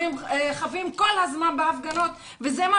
שהערבים חווים כל הזמן בהפגנות וזה מה